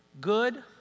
Good